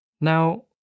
Now